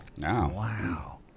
Wow